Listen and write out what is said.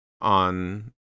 ...on